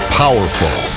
powerful